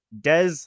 Des